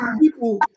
people